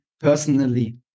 Personally